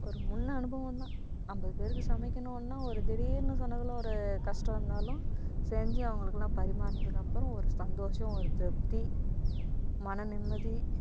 ஒரு முன் அனுபவம் தான் ஐம்பது பேருக்கு சமைக்கணுன்னால் ஒரு திடிர்னு சொன்னதில் ஒரு கஷ்டம் இருந்தாலும் செஞ்சு அவங்களுக்குலாம் பரிமாறுனதுக்கப்புறம் ஒரு சந்தோஷம் ஒரு திருப்தி மன நிம்மதி